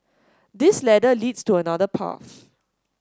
this ladder leads to another path